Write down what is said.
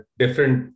different